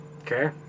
okay